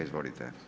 Izvolite.